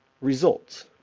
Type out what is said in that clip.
results